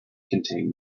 contain